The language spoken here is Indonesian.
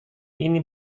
ini